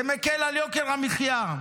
זה מקל על יוקר המחיה.